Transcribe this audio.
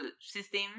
system